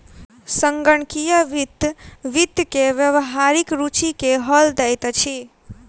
संगणकीय वित्त वित्त के व्यावहारिक रूचि के हल दैत अछि